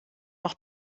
auch